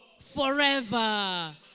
forever